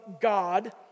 God